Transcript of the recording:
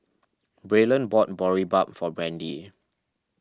Braylen bought Boribap for Brandy